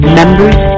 members